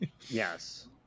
Yes